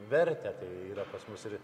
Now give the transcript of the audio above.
vertę tai yra pas mus ir